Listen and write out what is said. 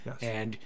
Yes